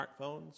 smartphones